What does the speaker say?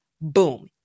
Boom